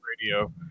radio